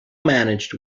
managed